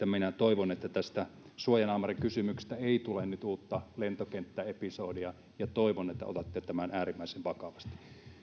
minä toivon että tästä suojanaamarikysymyksestä ei tule nyt uutta lentokenttäepisodia ja toivon että otatte tämän äärimmäisen vakavasti